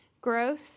Growth